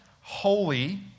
holy